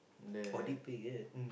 audit period